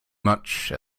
much